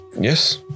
Yes